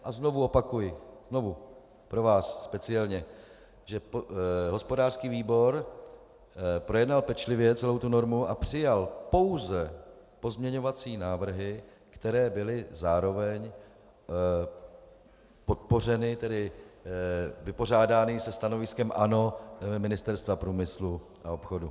A znovu opakuji, znovu pro vás speciálně, že hospodářský výbor projednal pečlivě celou tu normu a přijal pouze pozměňovací návrhy, které byly zároveň podpořeny, vypořádány se stanoviskem, ano, Ministerstva průmyslu a obchodu.